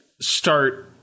start